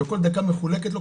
וכל דקה מחולקת לו,